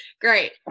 Great